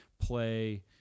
play